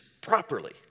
properly